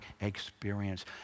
experience